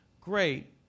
great